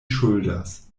ŝuldas